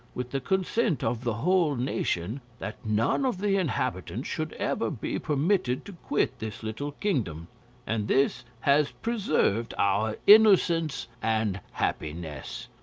with the consent of the whole nation, that none of the inhabitants should ever be permitted to quit this little kingdom and this has preserved our innocence and happiness.